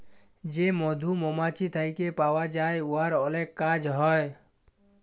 যে মধু মমাছি থ্যাইকে পাউয়া যায় উয়ার অলেক কাজ হ্যয়